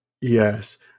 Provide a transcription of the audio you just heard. Yes